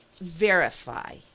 verify